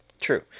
True